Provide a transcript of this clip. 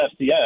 FCS